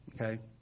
Okay